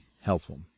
helpful